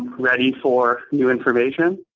ready for new information.